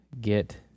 get